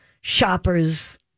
shoppers